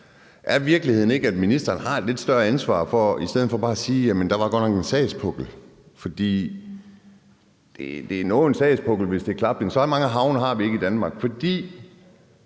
Er virkeligheden ikke, at ministeren har et lidt større ansvar end bare at sige, at der godt nok var en sagspukkel? Det er noget af en sagspukkel, hvis det er klapning. Så mange havne har vi ikke i Danmark. Det